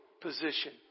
position